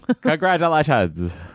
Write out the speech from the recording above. Congratulations